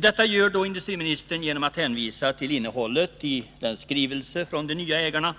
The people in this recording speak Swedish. Detta gör industriministern genom att hänvisa till innehållet i den skrivelse från de nya ägarna